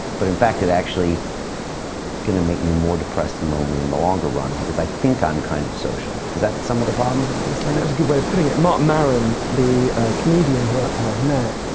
but in fact, it actually gonna make me more depressed and lonely in the longer run because i think i'm kind of social. is that some of the problems with these things? a good way of putting it. marc meron, the comedian who i met,